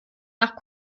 nach